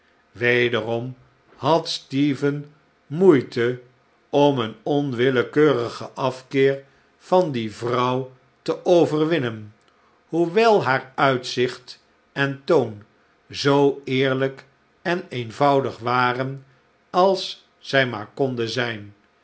wederom had stephen moeite om een onwillekeurigen afkeer van die oude vrouw te overwinnen hoewel haar uitzicht en toon zoo eerlijk en eenvoudig waren als zij maar konden zijn